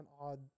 odd